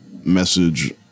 message